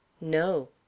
No